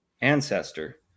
ancestor